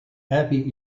abbey